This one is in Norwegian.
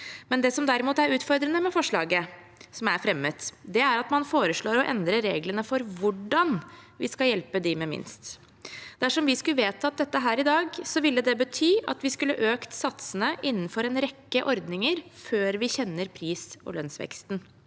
Det som derimot er utfordrende med forslaget som er fremmet, er at man foreslår å endre reglene for hvordan vi skal hjelpe dem med minst. Dersom vi skulle vedtatt dette her i dag, ville det betydd at vi skulle økt satsene innenfor en rekke ordninger før vi kjenner pris- og lønnsveksten.